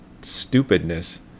stupidness